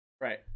Right